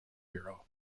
bureau